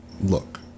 look